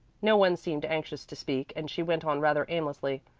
no one seemed anxious to speak, and she went on rather aimlessly.